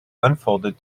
unfolded